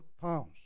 pounds